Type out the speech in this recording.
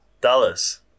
Dallas